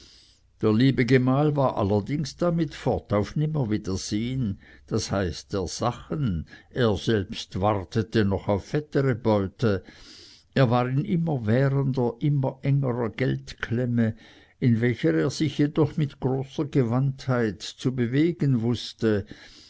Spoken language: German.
der liebe gemahl war allerdings damit fort auf nimmerwiedersehen das heißt der sachen er selbst wartete noch auf fettere beute er war in immerwährender immer engerer geldklemme in welcher er sich jedoch mit großer gewandtheit zu bewegen wußte